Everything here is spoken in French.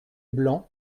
blanc